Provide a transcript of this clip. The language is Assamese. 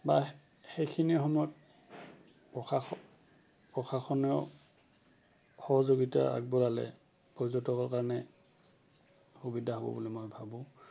বা সেইখিনি সময়ত প্ৰশা প্ৰশাসন সহযোগিতা আগবঢ়ালে পৰ্যটকৰ কাৰণে সুবিধা হ'ব বুলি মই ভাবোঁ